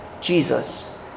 Jesus